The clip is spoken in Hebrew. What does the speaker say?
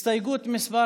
הסתייגות מס'